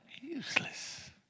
useless